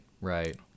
right